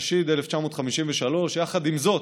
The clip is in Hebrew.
התשי"ד 1953. יחד עם זאת,